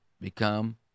become